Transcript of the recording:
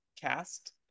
cast